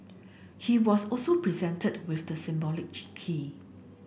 he was also presented with the symbolic key